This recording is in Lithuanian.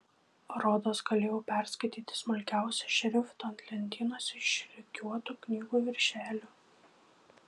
rodos galėjau perskaityti smulkiausią šriftą ant lentynose išrikiuotų knygų viršelių